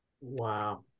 Wow